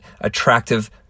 attractive